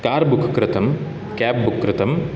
car book कृतं cab book कृतम्